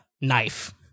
knife